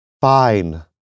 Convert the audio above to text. Fine